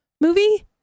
movie